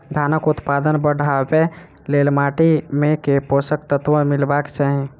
धानक उत्पादन बढ़ाबै लेल माटि मे केँ पोसक तत्व मिलेबाक चाहि?